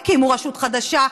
הקימו רשות חדשה.